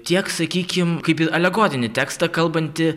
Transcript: tiek sakykim kaip į alegorinį tekstą kalbantį